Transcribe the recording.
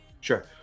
Sure